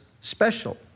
special